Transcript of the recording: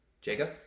Jacob